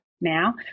now